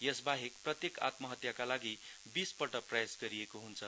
यसबाहेक प्रत्येक आत्महत्याका लागि बीसपल्ट प्रयास गरिएको हुन्छ